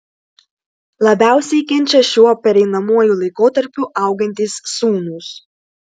labiausiai kenčia šiuo pereinamuoju laikotarpiu augantys sūnūs